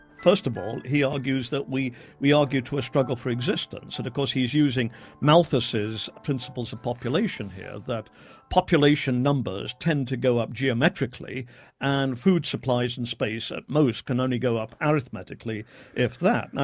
first of all he argues that we we argue to struggle for existence and of course he's using malthus's principles of population here, that population numbers tend to go up geometrically and food supplies and space at most can only go up arithmetically if that.